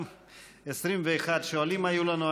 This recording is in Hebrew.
21 שואלים היו לנו.